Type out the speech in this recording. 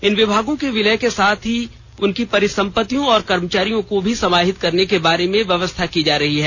इन विभागों के विलय के साथ ही उनकी परिसम्पसत्तियों और कर्मचारियों को भी समाहित करने के बारे में व्येवस्थाल की जा रही है